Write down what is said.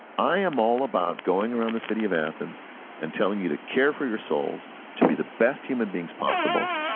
i am all about going around the city of athens and telling you to care for your souls, to be the best human beings possible.